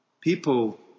People